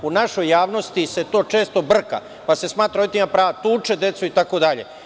U našoj javnosti se to često brka, pa se smatra da roditelj ima prava da tuče decu, itd.